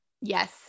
Yes